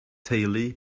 teulu